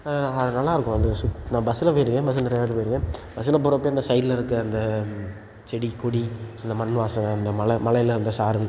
அது நல்லா இருக்கும் அந்த சுத் நான் பஸ்ஸில் போயிருக்கேன் பஸ்ஸில் நிறையா வாட்டி போயிருக்கேன் பஸ்ஸில் போகிறப்ப இந்த சைடில் இருக்க அந்த செடி கொடி அந்த மண் வாசனை அந்த மலை மலையில் அந்த சாரல்